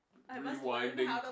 rewinding